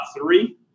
three